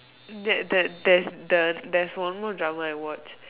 that that there is the there's one more drama I watch